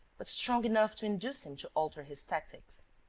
but strong enough to induce him to alter his tactics.